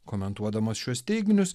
komentuodamas šiuos teigminius